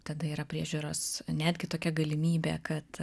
tada yra priežiūros netgi tokia galimybė kad